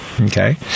Okay